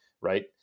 right